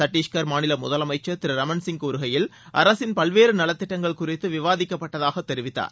சத்தீஷ்கர் மாநில முதலமைச்சர் திரு ரமன்சிங் கூறுகையில் அரசின் பல்வேறு நலத்திட்டங்கள் குறித்து விவாதிக்கப்பட்டதாக தெரிவித்தார்